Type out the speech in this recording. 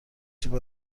سوپر